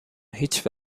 هیچ